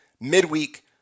midweek